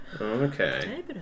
Okay